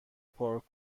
پارک